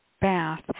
bath